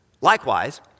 Likewise